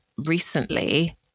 Recently